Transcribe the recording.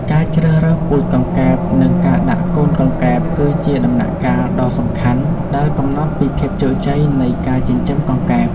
ការជ្រើសរើសពូជកង្កែប និង ការដាក់កូនកង្កែប គឺជាដំណាក់កាលដ៏សំខាន់ដែលកំណត់ពីភាពជោគជ័យនៃការចិញ្ចឹមកង្កែប។